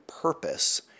purpose